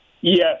Yes